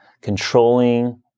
controlling